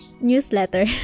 newsletter